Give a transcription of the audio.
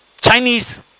Chinese